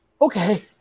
Okay